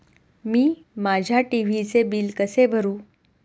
मी माझ्या टी.व्ही चे बिल कसे भरू?